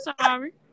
sorry